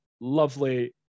lovely